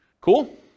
Cool